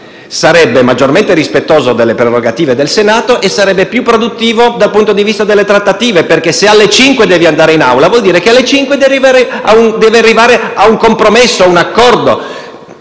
scadenze. Sarebbe maggiormente rispettoso delle prerogative del Senato e sarebbe più produttivo dal punto di vista delle trattative perché se alle ore 17 bisogna andare in Aula, vuol dire che alle ore 17 bisogna essere arrivati a un compromesso, a un accordo.